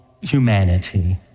humanity